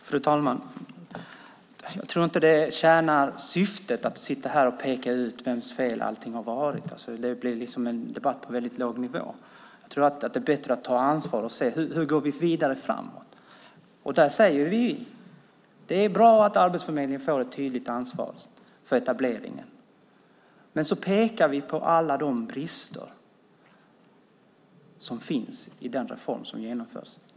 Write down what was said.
Fru talman! Jag tror inte att det tjänar syftet att peka ut vems fel allting har varit. Det blir en debatt på låg nivå. Jag tror att det är bättre att ta ansvar och se: Hur går vi vidare? Där säger vi att det är bra att Arbetsförmedlingen får ett tydligt ansvar för etableringen. Men så pekar vi på alla de brister som finns i den reform som genomförs.